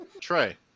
Trey